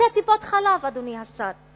טיפות-חלב, אדוני השר.